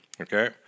okay